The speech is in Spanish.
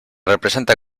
representa